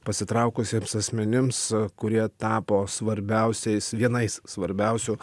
pasitraukusiems asmenims kurie tapo svarbiausiais vienais svarbiausių